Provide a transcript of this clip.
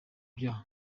ibyaha